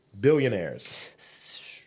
Billionaires